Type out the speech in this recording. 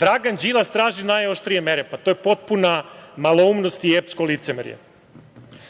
Dragan Đilas traži najoštrije mere. To je potpuna maloumnost i epsko licemerje. Sada